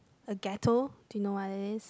a gateau do you know what that is